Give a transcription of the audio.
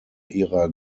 ihrer